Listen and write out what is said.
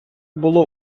було